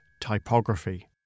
typography